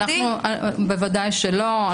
בוודאי שלא.